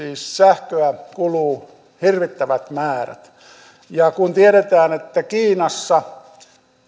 sähköä kuluu hirvittävät määrät ja kun tiedetään että kiinassa